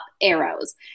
arrows